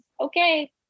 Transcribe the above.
Okay